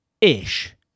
Ish